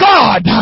God